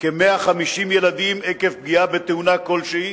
כ-150 ילדים עקב פגיעה בתאונה כלשהי,